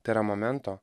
tai yra momento